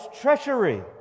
treachery